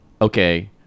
okay